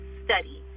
study